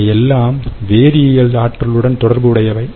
இவை எல்லாம் வேதியியல் ஆற்றல்யுடன் தொடர்பு உடையவை